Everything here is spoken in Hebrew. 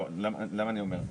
למה אני אומר?